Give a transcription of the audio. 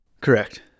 Correct